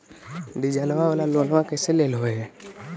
डीजलवा वाला लोनवा कैसे लेलहो हे?